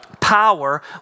Power